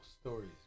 stories